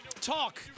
talk